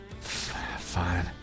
Fine